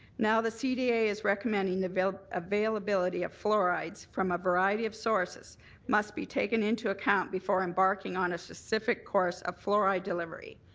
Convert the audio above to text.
now the cda is recommending the availability of fluoride from a variety of sources must be taken into account before embarking on a specific course of fluoride delivery.